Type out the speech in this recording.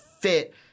fit